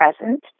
present